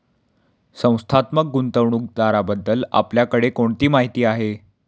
संस्थात्मक गुंतवणूकदाराबद्दल आपल्याकडे कोणती माहिती आहे?